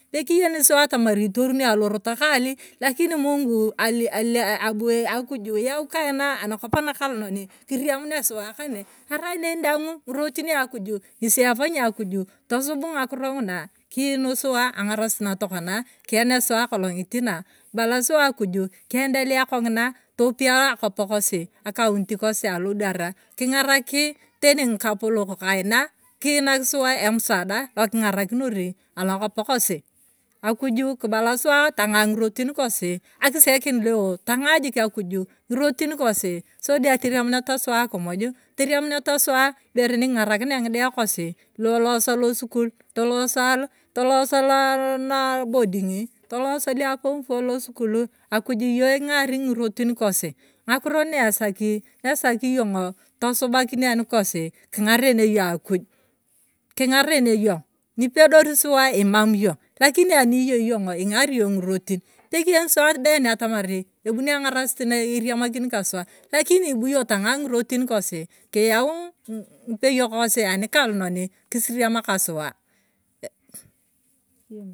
Pekiyeni suwa atamar itoruni alorot kaali. lakini mungu ali ali abu akuj yao kaina anakop anakalinoni kiriemuni suwa kane. arai neni daang'u ng'irotini akuj. ng'esi efanyi akuju tosub ng'akiro ng'una kiin suwa ang'arasit natokona kiania suwa akolong'it na, kibaka suwa akuju kiendelea kong'ina topia akop kosi. akaunti kosi alodwara king'araki teni ng'ikapolok kaina. kiinak suwa emsada laking'ara kinor anakop kosi, akuju kibala suwa tang'aa ng'irotin kosi akisekin leo tang'aa jik akuju ng'irotin kosi sodi ateremuneta suwa akumuju. teremunete suwa ibere niking'arakinia ng'ode kosi luolosio losukul toloso al toloso looo badingii. toloso laform four losukulu akuju iyona ing'ari ng'irotin kosi. ng'akiro naesaki iyong'o tosubakin anikosi. king'aren iyong akuj. king'aren yong nioedorisuwa imam yong lakini aniiyei yong'o ing'ari yong ng'irotin pekiyeni suwa ben atamari ebuni ang'arait kiriamakin kasuwa lakini ibuyong tang'aa ng'irotin kosi kiyau ng'ipeyok kosi anikalnoni kisiriama kasuwa ee.